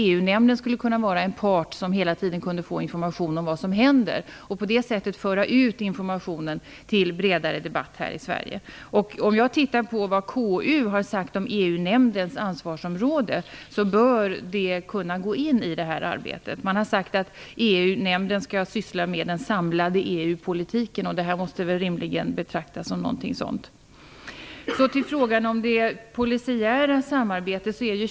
EU nämnden skulle kunna vara en part som hela tiden kan få information om vad som händer. På det sättet kan informationen föras ut till en bredare debatt här i Jag har tittat på vad KU har sagt om EU nämndens ansvarsområde, och det här bör kunna gå in under det arbetet. Man har sagt att EU-nämnden skall syssla med den samlade EU-politiken. Det här måste väl rimligen kunna betraktas som något sådant. Så till frågan om det polisiära samarbetet.